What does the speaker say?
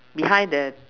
behind the